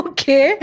Okay